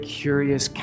curious